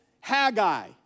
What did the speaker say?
Haggai